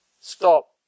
stop